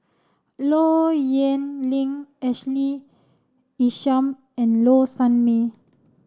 Low Yen Ling Ashley Isham and Low Sanmay